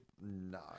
No